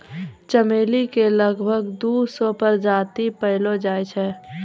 चमेली के लगभग दू सौ प्रजाति पैएलो जाय छै